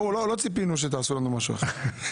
ברור, לא ציפינו שתעשו משהו אחר.